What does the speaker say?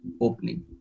opening